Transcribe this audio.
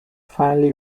finally